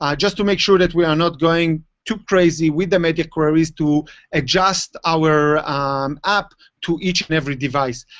just to make sure that we are not going too crazy with the media queries to adjust our um app to each and every device.